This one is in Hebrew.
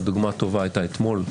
דוגמה טובה הייתה אתמול.